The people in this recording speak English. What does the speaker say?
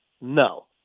no